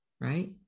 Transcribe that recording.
right